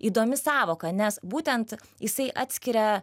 įdomi sąvoka nes būtent jisai atskiria